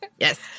Yes